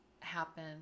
Happen